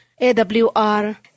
AWR